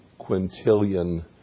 quintillion